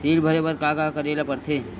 ऋण भरे बर का का करे ला परथे?